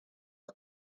pdf